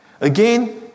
Again